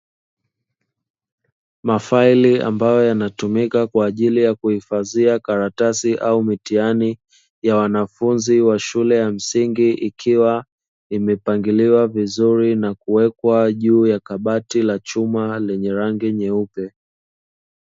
Mafaili ambayo yanatumika katika kuhifadhia karatasi za mitihani ya wanafunzi wa shule ya msingi, ikiwa imepangiliwa vizuri na kuwekwa juu ya kabati la chuma lenye rangi nyeupe.